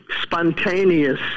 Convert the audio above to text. spontaneous